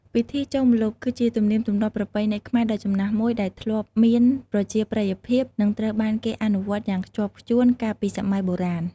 ពិធីចូលម្លប់ គឺជាទំនៀមទម្លាប់ប្រពៃណីខ្មែរដ៏ចំណាស់មួយ ដែលធ្លាប់មានប្រជាប្រិយភាព និងត្រូវបានគេអនុវត្តយ៉ាងខ្ជាប់ខ្ជួនកាលពីសម័យបុរាណ។